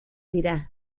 dira